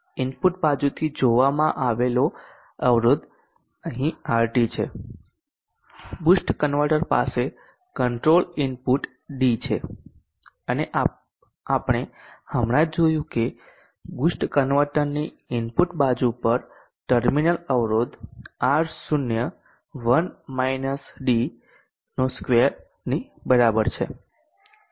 input બાજુથી જોવામાં આવેલો અવરોધ અહીં RT છે અને બૂસ્ટ કન્વર્ટર પાસે કંટ્રોલ ઇનપુટ d છે અને આપણે હમણાં જ જોયું છે કે બુસ્ટ કન્વર્ટરની ઇનપુટ બાજુ પર ટર્મિનલ અવરોધ R0 x 1 - d2 ની બરાબર છે